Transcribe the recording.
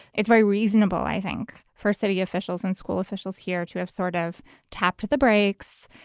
it's very reasonable, i think, for city officials and school officials here to have sort of tapped the brakes,